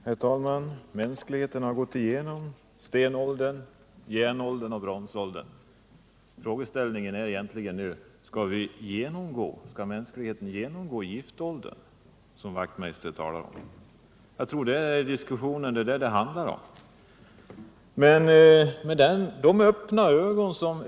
Herr talman! Mänskligheten har genomgått stenåldern, järnåldern och bronsåldern. Frågan är nu om mänskligheten också skall genomgå giftåldern, som Hans Wachtmeister här talade om. Det är det diskussionen gäller.